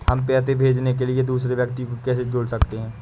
हम पैसे भेजने के लिए दूसरे व्यक्ति को कैसे जोड़ सकते हैं?